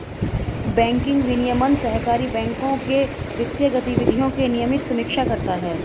banking विनियमन सहकारी बैंकों के वित्तीय गतिविधियों की नियमित समीक्षा करता है